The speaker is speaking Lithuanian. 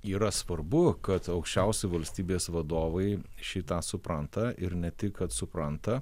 yra svarbu kad aukščiausi valstybės vadovai šį tą supranta ir ne tik kad supranta